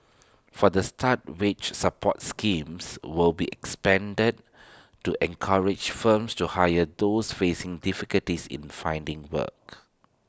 for the start wage support schemes will be expanded to encourage firms to hire those facing difficulties in finding work